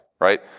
right